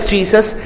Jesus